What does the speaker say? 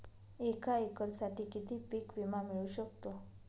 एका एकरसाठी किती पीक विमा मिळू शकतो?